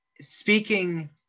speaking